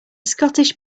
scottish